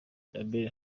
bella